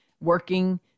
working